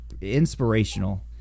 inspirational